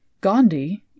Gandhi